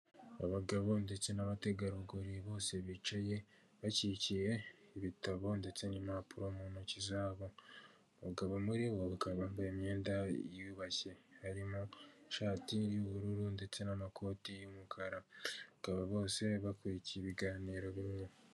Abagabo ndetse n'abategarugori bose bicaye bakikiye ibitabo ndetse n'impapuro mu ntoki zabo. Umugabo muri bo akaba yambaye imyenda yiyubashye, harimo ishati y'ubururu ndeste n'amakoti y'umukara. Bakaba bose bakurikiye ibiganiro bimwe.